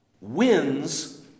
wins